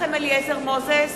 מנחם אליעזר מוזס